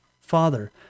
father